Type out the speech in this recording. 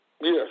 Yes